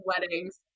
weddings